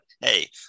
hey